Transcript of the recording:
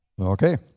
Okay